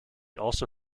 also